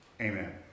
Amen